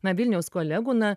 na vilniaus kolegų na